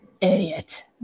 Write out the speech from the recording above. idiot